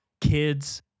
Kids